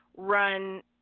run